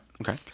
okay